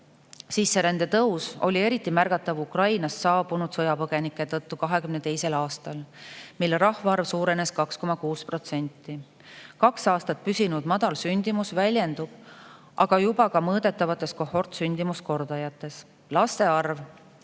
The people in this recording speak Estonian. Sisserände tõus oli eriti märgatav Ukrainast saabunud sõjapõgenike tõttu 2022. aastal, mil rahvaarv suurenes 2,6%. Kaks aastat püsinud madal sündimus väljendub aga juba ka mõõdetavates kohortsündimuskordajates. Laste arv